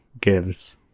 gives